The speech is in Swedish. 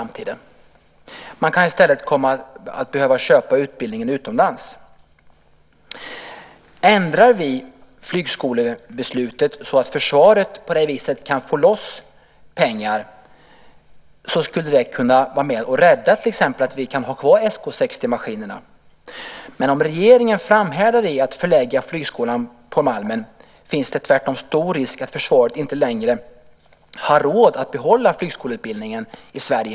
Man kan i stället komma att behöva köpa utbildningen utomlands. Ändrar vi flygskolebeslutet så att försvaret på det viset kan få loss pengar, skulle det till exempel kunna bidra till att vi kan rädda kvar Sk 60-maskinerna. Men om regeringen framhärdar i att förlägga flygskolan till Malmen finns det tvärtom stor risk för att försvaret i framtiden inte längre har råd att behålla flygskoleutbildningen i Sverige.